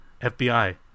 FBI